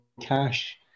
cash